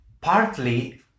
Partly